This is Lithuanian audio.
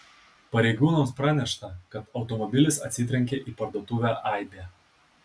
pareigūnams pranešta kad automobilis atsitrenkė į parduotuvę aibė